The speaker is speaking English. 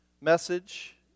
message